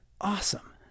awesome